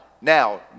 now